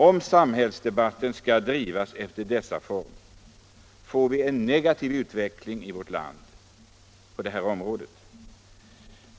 Om samhällsdebatten skall drivas i dessa former får vi en negativ utveckling i vårt land på detta område.